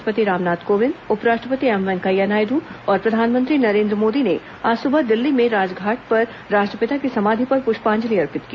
राष्ट्रपति रामनाथ कोविंद उपराष्ट्रपति एम वेंकैया नायड् और प्रधानमंत्री नरेन्द्र मोदी ने आज सुबह दिल्ली में राजघाट पर राष्ट्रपिता की समाधि पर पुष्पांजलि अर्पित की